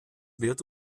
wird